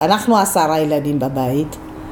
אנחנו עשרה ילדים בבית